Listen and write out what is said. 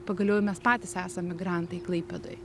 pagaliau ir mes patys esam migrantai klaipėdoj